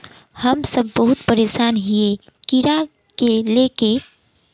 हम सब बहुत परेशान हिये कीड़ा के ले के?